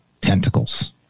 tentacles